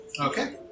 Okay